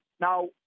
Now